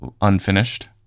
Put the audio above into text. unfinished